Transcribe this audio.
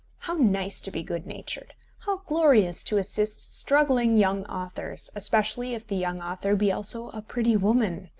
how nice to be good-natured! how glorious to assist struggling young authors, especially if the young author be also a pretty woman!